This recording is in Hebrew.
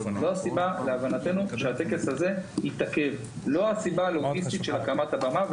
זאת הסיבה שלהבנתנו הטקס הזה התעכב ולא מסיבה לוגיסטית של הקמת הבמה.